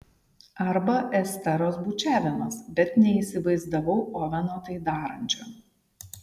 arba esteros bučiavimas bet neįsivaizdavau oveno tai darančio